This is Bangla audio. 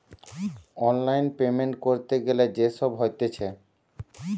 অনলাইন পেমেন্ট ক্যরতে গ্যালে যে সব হতিছে